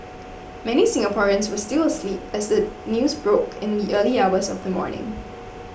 many Singaporeans were still asleep as the news broke in the early hours of the morning